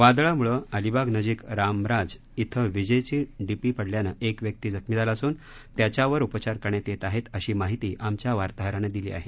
वादळामुळं अलिबाग नजिक रामराज येथे विजेची डीपी पडल्याने एक व्यक्ती जखमी झाला असून त्याच्यावर उपचार करण्यात येत आहेत अशी माहिती आमच्या वार्ताहरानं दिली आहे